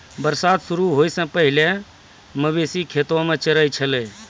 बरसात शुरू होय सें पहिने मवेशी खेतो म चरय छलै